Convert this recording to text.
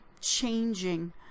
changing